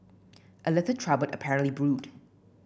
a little trouble apparently brewed